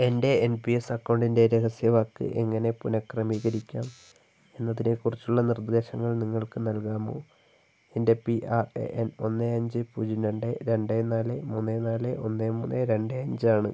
എൻ്റെ N P S അക്കൗണ്ടിൻ്റെ രഹസ്യവാക്ക് എങ്ങനെ പുനക്രമീകരിക്കാം എന്നതിനെക്കുറിച്ചുള്ള നിർദ്ദേശങ്ങൾ നിങ്ങൾക്ക് നൽകാമോ എൻ്റെ പി ആർ എ എൻ ഒന്ന് അഞ്ച് പൂജ്യം രണ്ട് രണ്ട് നാല് മൂന്ന് നാല് ഒന്ന് മൂന്ന് രണ്ട് അഞ്ച് ആണ്